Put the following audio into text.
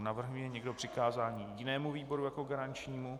Navrhuje někdo přikázání jinému výboru jako garančnímu?